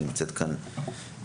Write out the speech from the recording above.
שנמצאת כאן לצידי,